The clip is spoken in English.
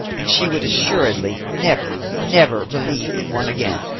and she would assuredly never, never believe in one again.